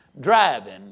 driving